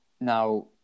Now